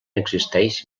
existeix